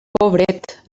pobret